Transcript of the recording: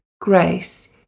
Grace